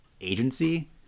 agency